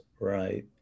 right